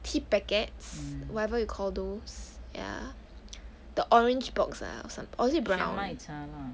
tea packets whatever you call those ya the orange box ah or some it brown